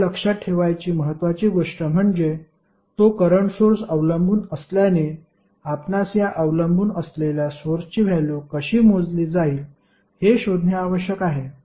आपल्याला लक्षात ठेवायची महत्वाची गोष्ट म्हणजे तो करंट सोर्स अवलंबून असल्याने आपणास या अवलंबून असलेल्या सोर्सची व्हॅल्यु कशी मोजली जाईल हे शोधणे आवश्यक आहे